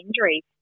injuries